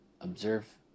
observe